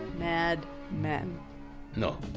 mad men no